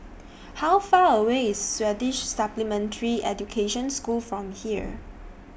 How Far away IS Swedish Supplementary Education School from here